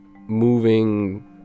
moving